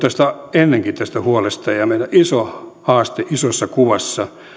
ennenkin tästä huolesta ja ja meillä iso haaste isossa kuvassa